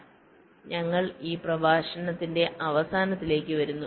അതിനാൽ ഞങ്ങൾ ഈ പ്രഭാഷണത്തിന്റെ അവസാനത്തിലേക്ക് വരുന്നു